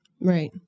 Right